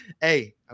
Hey